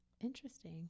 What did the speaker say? Interesting